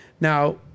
Now